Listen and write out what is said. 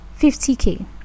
50K